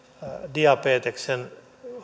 diabeteksen